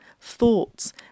thoughts